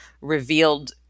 revealed